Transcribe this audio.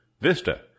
Vista